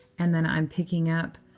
and then i'm picking up